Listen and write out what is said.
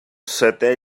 setè